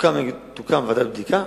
תוקם ועדת בדיקה,